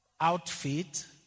outfit